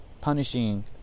punishing